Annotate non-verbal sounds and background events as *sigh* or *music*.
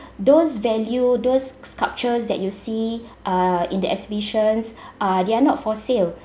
those value those sculptures that you see uh in the exhibitions *breath* uh they are not for sale